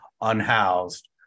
unhoused